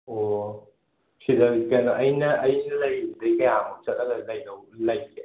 ꯑꯣꯑꯣ ꯁꯤꯗ ꯀꯩꯅꯣ ꯑꯩꯅ ꯑꯩ ꯂꯩꯔꯤꯕꯗꯩ ꯀꯌꯥꯃꯨꯛ ꯆꯠꯂꯒ ꯂꯩꯗꯧ ꯂꯩꯒꯦ